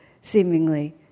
seemingly